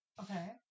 Okay